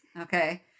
Okay